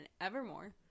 Evermore